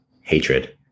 hatred